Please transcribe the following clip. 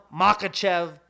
Makachev